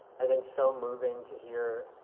i think, so moving to hear